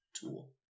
tool